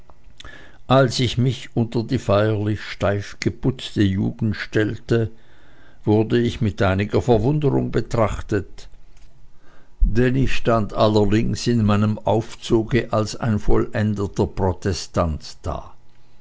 als ich mich unter die feierliche steif geputzte jugend stellte wurde ich mit einiger verwunderung betrachtet denn ich stand allerdings in meinem aufzuge als ein vollendeter protestant da